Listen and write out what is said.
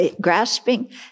grasping